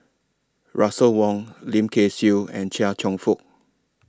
Russel Wong Lim Kay Siu and Chia Cheong Fook